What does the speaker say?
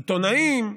עיתונאים,